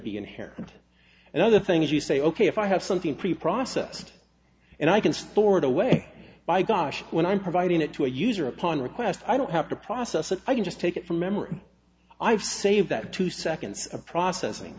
be in here and and other things you say ok if i have something pre processed and i can store it away by gosh when i'm providing it to a user upon request i don't have to process it i can just take it from memory i've saved that two seconds of processing